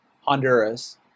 Honduras